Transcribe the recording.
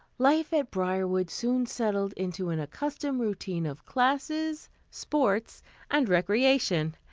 life at briarwood soon settled into an accustomed routine of classes, sports and recreation,